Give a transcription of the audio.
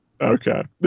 Okay